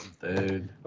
Dude